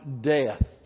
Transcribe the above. death